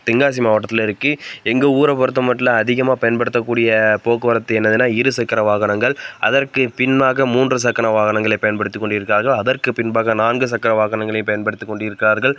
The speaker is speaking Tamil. தென்காசி மாவட்டத்தில் இருக்குது எங்கள் ஊரை பொறுத்தமட்டில் அதிகமாக பயன்படுத்தக்கூடிய போக்குவரத்து என்னதுன்னால் இருசக்கர வாகனங்கள் அதற்கு பின்னாக மூன்று சக்கர வாகனங்களை பயன்படுத்தி கொண்டு இருக்கிறார்கள் அதற்கு பின்பாக நான்கு சக்கர வாகனங்களை பயன்படுத்தி கொண்டு இருக்கிறார்கள்